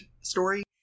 story